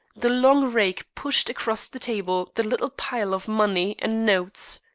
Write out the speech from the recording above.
the long rake pushed across the table the little pile of money and notes.